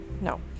no